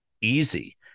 easy